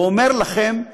ואומר לכם: